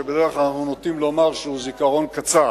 שבדרך כלל אנחנו נוטים לומר שהוא זיכרון קצר.